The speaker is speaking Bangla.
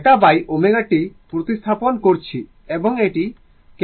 আমরা θω t প্রতিস্থাপন করছি এবং এটি Em